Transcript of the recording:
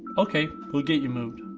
okay, we'll get you moved.